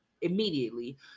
immediately